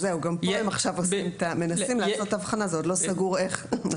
גם פה הם מנסים לעשות הבחנה, וזה עוד לא סגור איך.